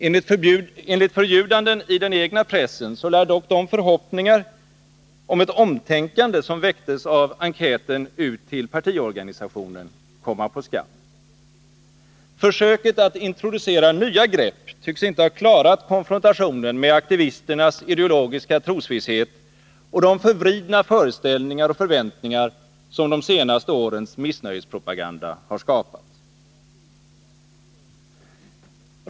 Enligt förljudande i den egna pressen lär dock de förhoppningar om ett omtänkande som väcktes av enkäten ut till partiorganisationen komma på skam. Försöket att introducera nya grepp tycks inte ha klarat konfrontationen med aktivisternas ideologiska trosvisshet och de förvridna föreställningar och förväntningar som de senaste årens missnöjespropaganda har skapat.